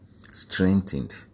Strengthened